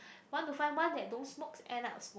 want to find one that don't smokes end up smokes